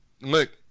look